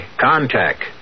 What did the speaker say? Contact